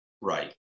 Right